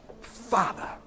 Father